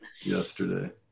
yesterday